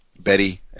Betty